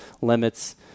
limits